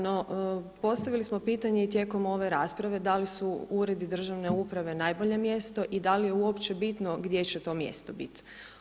No postavili smo pitanje i tijekom ove rasprave da li su uredi državne uprave najbolje mjesto i da li je uopće bitno gdje će to mjesto biti.